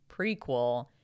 prequel